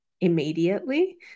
immediately